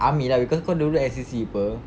army lah cause kau dulu N_C_C [pe]